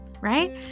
right